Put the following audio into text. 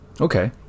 Okay